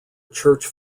church